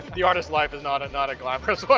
the artist life is not not a glamorous one,